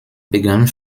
begann